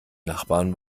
nachbarn